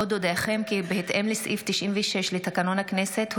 עוד אודיעכם כי בהתאם לסעיף 96 לתקנון הכנסת,